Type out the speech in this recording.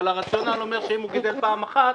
אבל הרציונל אומר שאם הוא גידל פעם אחת,